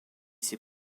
ses